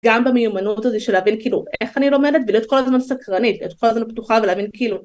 גם במיומנות הזה של להבין כאילו איך אני לומדת ולהיות כל הזמן סקרנית, להיות כל הזמן פתוחה ולהבין כאילו